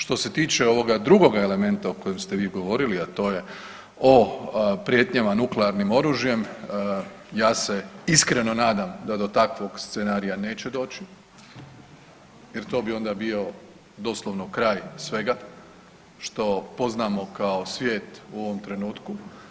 Što se tiče ovoga drugoga elementa o kojem ste vi govorili, a to je o prijetnjama nuklearnim oružjem ja se iskreno nadam da do takvog scenarija neće doći jer to bi onda bio doslovno kraj svega što poznamo kao svijet u ovom trenutku.